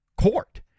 court